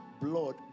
Blood